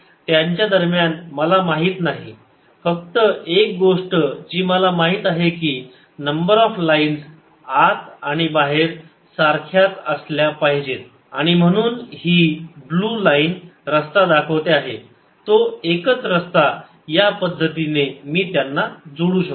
त्यांच्या दरम्यान मला माहीत नाही फक्त एक गोष्ट जी मला माहित आहे की नंबर ऑफ लाइन्स आत आणि बाहेर सारख्याच असल्या पाहिजेत आणि म्हणून ही ब्लू लाईन रस्ता दाखवते आहे तो एकच रस्ता या पद्धतीने मी त्यांना जोडू शकतो